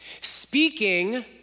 speaking